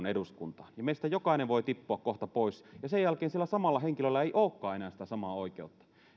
eduskuntaan ja meistä jokainen voi tippua kohta pois ja sen jälkeen sillä samalla henkilöllä ei olekaan enää sitä samaa oikeutta